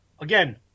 again